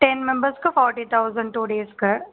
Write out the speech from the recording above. ten மெம்பர்ஸுக்கு forty two டேஸ்க்கு